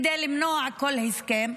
כדי למנוע כל ההסכם,